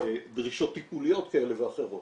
דרישות טיפוליות כאלה ואחרות.